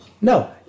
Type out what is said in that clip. No